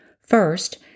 First